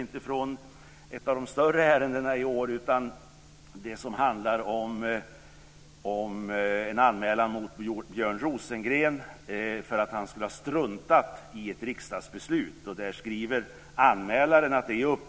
Det gäller inte något av de större ärendena i år, utan det handlar om en anmälan mot Björn Rosengren för att han skulle ha struntat i ett riksdagsbeslut.